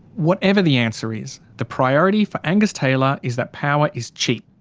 whatever the answer is, the priority for angus taylor is that power is cheap,